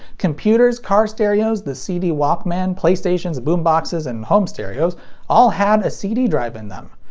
computers, car stereos, the cd walkman, playstations, boomboxes and home stereos all had a cd drive in them.